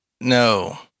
No